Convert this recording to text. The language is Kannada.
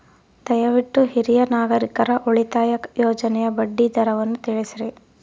ದಯವಿಟ್ಟು ಹಿರಿಯ ನಾಗರಿಕರ ಉಳಿತಾಯ ಯೋಜನೆಯ ಬಡ್ಡಿ ದರವನ್ನು ತಿಳಿಸ್ರಿ